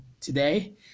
today